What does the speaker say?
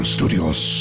Studios